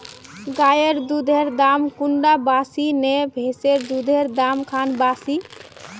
गायेर दुधेर दाम कुंडा बासी ने भैंसेर दुधेर र दाम खान बासी?